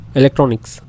electronics